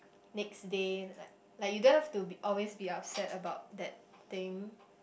next day like like you don't have to be always be upset about that thing